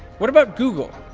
what about google?